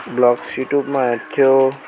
blogs युट्युबमा हेर्थ्यो